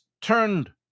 turned